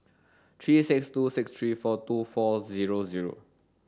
three six two six three four two four zero zero